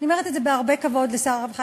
אני אומרת את זה בהרבה כבוד לשר הרווחה,